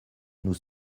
nous